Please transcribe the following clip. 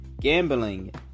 Gambling